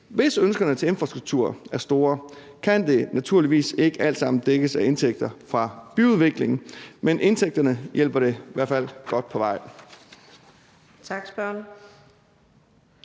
Hvis ønskerne til infrastruktur er store, kan det naturligvis ikke alt sammen dækkes af indtægter fra byudviklingen, men indtægterne hjælper det i hvert fald godt på vej.